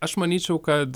aš manyčiau kad